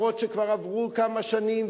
אפילו שכבר עברו כמה שנים,